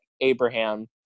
Abraham